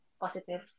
positive